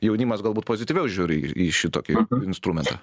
jaunimas galbūt pozityviau žiūri ir į šitokį instrumentą